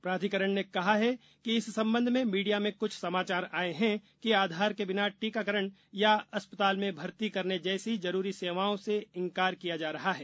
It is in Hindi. प्राधिकरण ने कहा है कि इस संबंध में मीडिया में कुछ समाचार आए हैं कि आधार के बिना टीकाकरण या अस्पताल में भर्ती करने जैसी जरूरी सेवाओं से इनकार किया जा रहा है